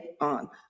on